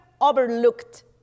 overlooked